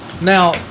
Now